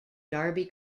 darby